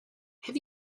have